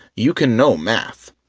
you can know math.